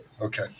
Okay